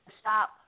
stop